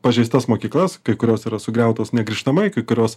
pažeistas mokyklas kai kurios yra sugriautos negrįžtamai kai kurios